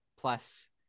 Plus